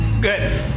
Good